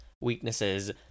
weaknesses